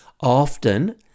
often